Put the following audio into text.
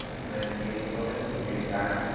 pronunciation, robin, really bad.